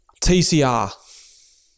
TCR